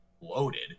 loaded